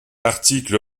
article